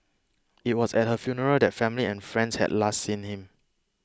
it was at her funeral that family and friends had last seen him